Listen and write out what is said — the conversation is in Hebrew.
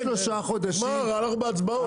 גם שלושה חודשים --- נגמר, אנחנו בהצבעות.